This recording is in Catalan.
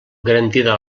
garantida